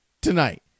tonight